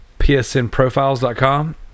psnprofiles.com